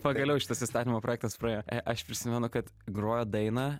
pagaliau šitas įstatymo projektas praėjo aš prisimenu kad grojo dainą